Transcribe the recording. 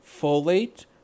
Folate